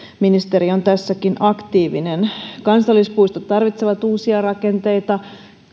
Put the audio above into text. ministeri on tässäkin aktiivinen kansallispuistot tarvitsevat uusia rakenteita